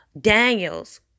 Daniels